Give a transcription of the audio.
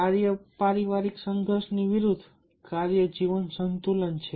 કાર્ય પારિવારિક સંઘર્ષની વિરુદ્ધ કાર્ય જીવન સંતુલન છે